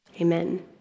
Amen